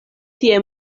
tie